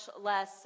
less